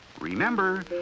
Remember